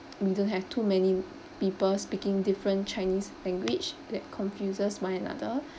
we don't have too many people speaking different chinese language that confuses one another